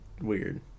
weird